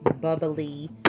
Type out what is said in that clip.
bubbly